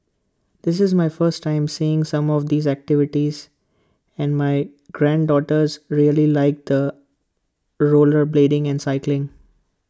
this is my first time seeing some of these activities and my granddaughters really liked the rollerblading and cycling